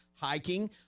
hiking